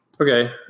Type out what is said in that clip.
Okay